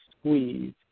squeeze